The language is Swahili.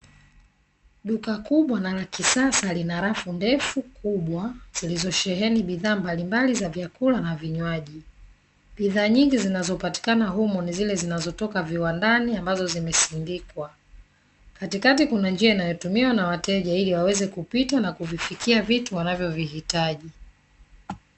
Duka kubwa na la kisasa lina rafu ndefu kubwa. zilizosheheni bidhaa mbalimbali za vyakula na vinywaji. Bidhaa nyingi zinazopatikana humo ni zile zinazotoka viwandani ambazo zimesindikwa. Katikati kuna njia inayotumiwa na wateja ili waweze kupita na kuvifikia vitu wanavyovihitaji.